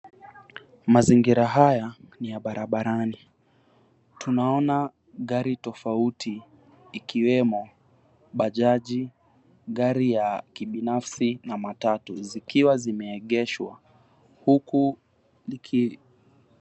Mazingira haya ni ya barabani tunaona gari tofauti ikiwemo bajaji, gari ya kibinafsi na matatu huku.